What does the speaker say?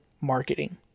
marketing